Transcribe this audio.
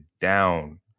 down